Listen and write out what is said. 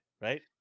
Right